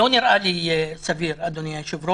זה לא נראה לי סביר, אדוני היושב-ראש.